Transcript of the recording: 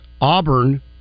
Auburn